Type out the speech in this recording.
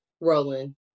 rolling